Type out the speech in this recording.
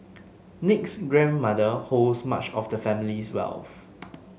Nick's grandmother holds much of the family wealth